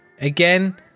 again